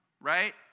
right